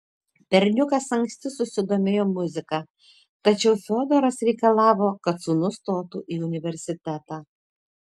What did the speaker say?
berniukas anksti susidomėjo muzika tačiau fiodoras reikalavo kad sūnus stotų į universitetą